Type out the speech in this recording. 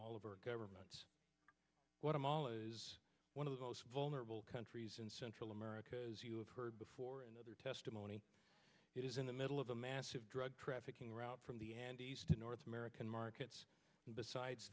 all of our government one of all is one of the most vulnerable countries in central america as you have heard before in other testimony it is in the middle of a massive drug trafficking route from the andes to north american markets and besides